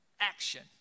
action